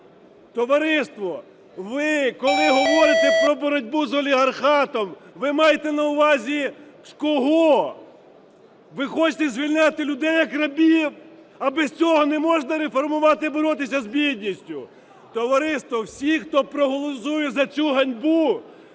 Товариство, ви коли говорите про боротьбу з олігархатом, ви маєте на увазі кого? Ви хочете звільняти людей, як рабів? А без цього не можна реформувати і боротися з бідністю? Товариство, всі, хто проголосує за цю ганьбу,